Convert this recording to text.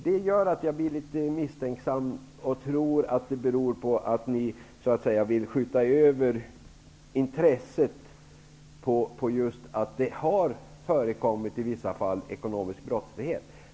Det gör att jag blir litet misstänksam och tror att det beror på att ni så att säga vill skjuta över intresset just på att ekonomisk brottslighet i vissa fall har förekommit.